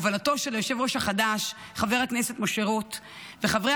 בהובלתו של היושב-ראש החדש חבר הכנסת משה רוט וחברי